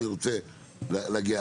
אני רוצה להגיע,